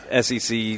SEC